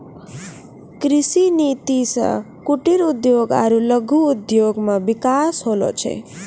कृषि नीति से कुटिर उद्योग आरु लघु उद्योग मे बिकास होलो छै